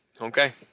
okay